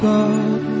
God